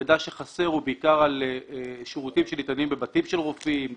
המידע שחסר הוא בעיקר על שירותים שניתנים בבתים של רופאים למשל,